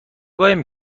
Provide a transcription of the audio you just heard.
قایم